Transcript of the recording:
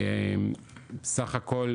סך הכל,